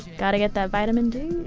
got to get that vitamin d